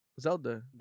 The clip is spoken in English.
Zelda